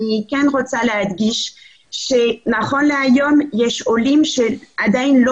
אני כן רוצה להדגיש שנכון להיום יש עולים שעדיין לא